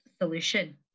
solution